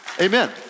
Amen